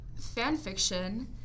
fanfiction